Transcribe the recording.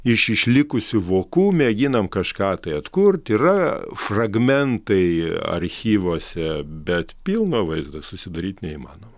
iš išlikusių vokų mėginam kažką tai atkurti yra fragmentai archyvuose bet pilno vaizdo susidaryt neįmanoma